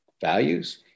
values